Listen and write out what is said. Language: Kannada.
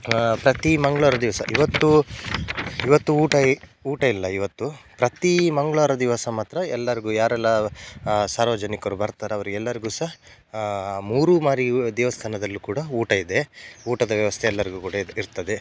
ಪ್ರತಿ ಮಂಗಳವಾರ ದಿವಸ ಇವತ್ತೂ ಇವತ್ತು ಊಟ ಇ ಊಟ ಇಲ್ಲ ಇವತ್ತು ಪ್ರತಿ ಮಂಗಳವಾರ ದಿವಸ ಮಾತ್ರ ಎಲ್ಲರಿಗೂ ಯಾರೆಲ್ಲ ಸಾರ್ವಜನಿಕರು ಬರ್ತಾರೆ ಅವರಿಗೆಲ್ಲರ್ಗೂ ಸಹ ಮೂರು ಮಾರಿ ದೇವಸ್ಥಾನದಲ್ಲೂ ಕೂಡ ಊಟ ಇದೆ ಊಟದ ವ್ಯವಸ್ಥೆ ಎಲ್ಲರಿಗೂ ಕೂಡ ಇದು ಇರ್ತದೆ